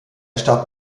starb